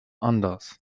anders